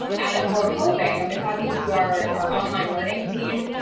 and we're hoping i've been talking to our our online learning team,